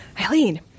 Eileen